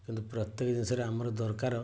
କିନ୍ତୁ ପ୍ରତ୍ୟେକ ଜିନିଷରେ ଆମର ଦରକାର